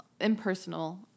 impersonal